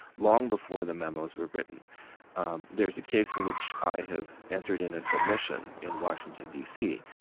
long before the memos were written um there's a case in which i have entered in a submission in washington, d c,